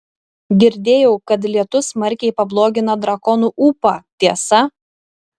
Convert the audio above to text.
girdėjau kad lietus smarkiai pablogina drakonų ūpą tiesa